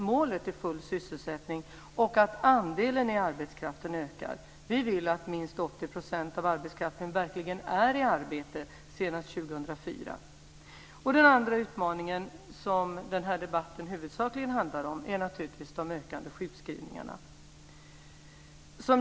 Målet är full sysselsättning och att andelen i arbetskraften ökar. Vi vill att minst 80 % av arbetskraften verkligen är i arbete senast 2004. Den andra utmaningen som den här debatten huvudsakligen handlar om är naturligtvis de ökande sjukskrivningarna.